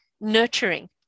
nurturing